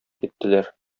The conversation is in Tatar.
киттеләр